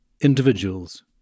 individuals